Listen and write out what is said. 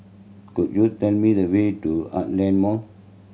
could you tell me the way to Heartland Mall